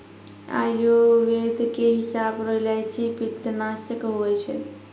आयुर्वेद के हिसाब रो इलायची पित्तनासक हुवै छै